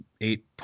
eight